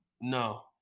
No